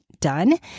done